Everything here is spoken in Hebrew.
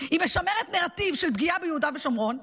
היא משמרת נרטיב של פגיעה ביהודה ושומרון.